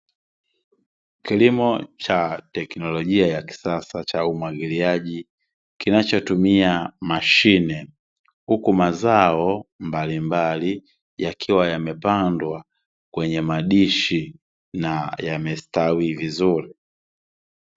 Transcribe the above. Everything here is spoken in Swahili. Kilimo cha teknolojia ya kisasa cha umwagiliaji, kinachotumia mashine. Huku mazao mbalimbali yakiwa yamepandwa kwenye madishi na yamestawi vizuri.